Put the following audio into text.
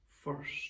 first